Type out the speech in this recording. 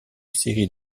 série